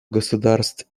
государств